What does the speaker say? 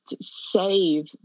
save